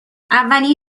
اولین